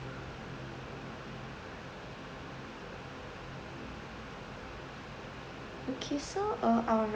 okay so uh our